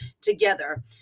together